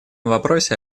вопросе